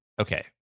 okay